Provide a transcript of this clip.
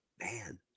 Man